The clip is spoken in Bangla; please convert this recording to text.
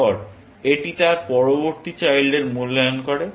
তারপর এটি তার পরবর্তী চাইল্ডের মূল্যায়ন করে